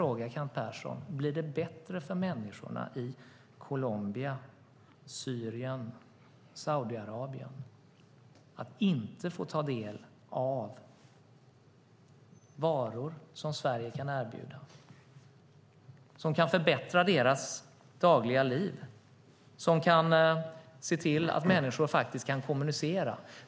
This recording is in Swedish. På vad sätt blir det bättre för människorna i Colombia, Syrien och Saudiarabien om de inte får ta del av varor som Sverige kan erbjuda och som kan förbättra deras dagliga liv och se till att de kan kommunicera?